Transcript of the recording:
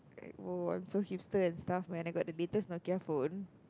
!woah! I'm so hipster and stuff when I got the latest Nokia phone